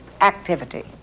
activity